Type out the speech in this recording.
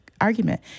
argument